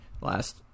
Last